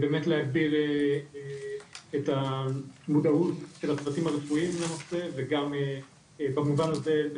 באמת להגביר את המודעות של הצוותים הרפואיים לנושא וגם במובן הזה,